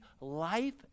life